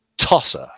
tosser